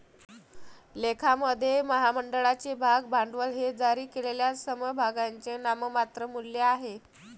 लेखामध्ये, महामंडळाचे भाग भांडवल हे जारी केलेल्या समभागांचे नाममात्र मूल्य आहे